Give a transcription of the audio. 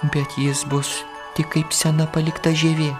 bet jis bus tik kaip sena palikta žievė